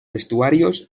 vestuarios